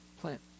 Plant